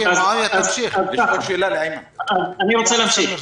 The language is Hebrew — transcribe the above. אני רוצה להמשיך.